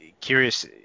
curious